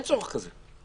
אין צורך כזה.